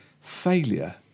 failure